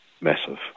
massive